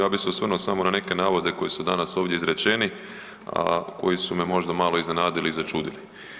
Ja bih se osvrnuo samo na neke navode koji su danas ovdje izrečeni, a koji su me možda malo iznenadili i začudili.